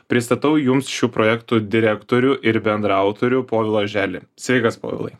pristatau jums šių projektų direktorių ir bendraautorių povilą oželį sveikas povilai